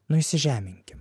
nu įsižeminkim